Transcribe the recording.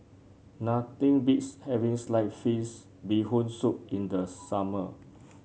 nothing beats having Sliced Fish Bee Hoon Soup in the summer